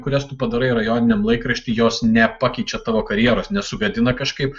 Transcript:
kurias tu padarai rajoniniam laikrašty jos nepakeičia tavo karjeros nesugadina kažkaip